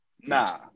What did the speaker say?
Nah